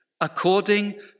according